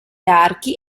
archi